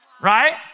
right